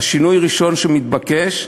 אז שינוי ראשון שמתבקש,